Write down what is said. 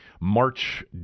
March